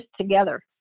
together